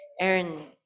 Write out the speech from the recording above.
Aaron